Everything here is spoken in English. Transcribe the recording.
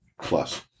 plus